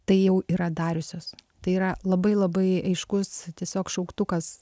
tai jau yra dariusios tai yra labai labai aiškus tiesiog šauktukas